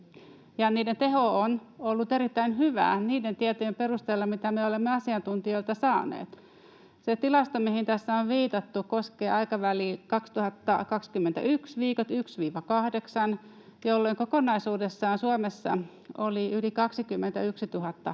niiden teho on ollut erittäin hyvä niiden tietojen perusteella, mitä me olemme asiantuntijoilta saaneet. Se tilasto, mihin tässä on viitattu, koskee vuoden 2021 viikkoja 1—8, jolloin kokonaisuudessaan Suomessa oli yli 21 000 tartuntaa,